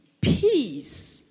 Peace